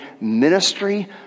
ministry